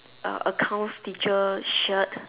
a~ accounts teacher shirt